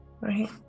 right